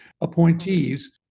appointees